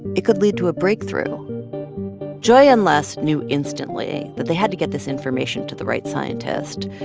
it could lead to a breakthrough joy and les knew instantly that they had to get this information to the right scientist,